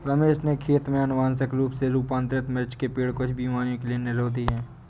रमेश के खेत में अनुवांशिक रूप से रूपांतरित मिर्च के पेड़ कुछ बीमारियों के लिए निरोधी हैं